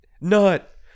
Nut